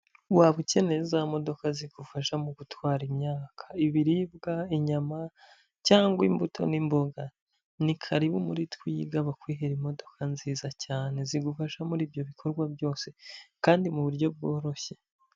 Waba ukeneye za modoka zigufasha mu gutwara imyaka, ibiribwa, inyama cyangwa imbuto n'imboga ni karibu muri twiga bakwihera imodoka nziza cyane zigufasha muri ibyo bikorwa byose kandi mu buryo bworoshye.